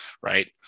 right